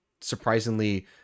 surprisingly